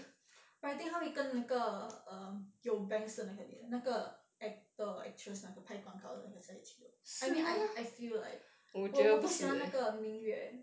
but I think 他会跟那个 err 有 bangs 的那个女的那个 actor or actress 那个拍广告的应该在一起 lor I mean I feel like 我我不喜欢那个 ming yue